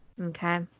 Okay